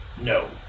No